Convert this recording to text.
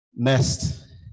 Next